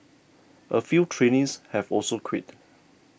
a few trainees have also quit